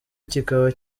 kikaba